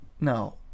No